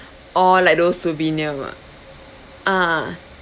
oh like those souvenir [one] ah